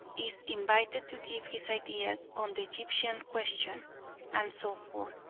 is invited to give his ideas on the egyptian question and so forth,